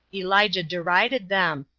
elijah derided them,